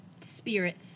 spirit